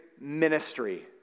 ministry